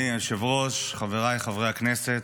חבריי חברי הכנסת,